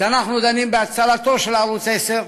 כשאנחנו דנים בהצלתו של ערוץ 10,